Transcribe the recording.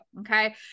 Okay